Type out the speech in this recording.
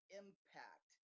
impact